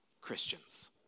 christians